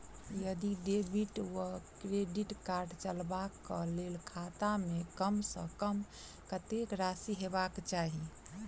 यदि डेबिट वा credit card चलबाक कऽ लेल खाता मे कम सऽ कम कत्तेक राशि हेबाक चाहि?